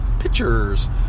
pictures